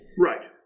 Right